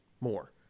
more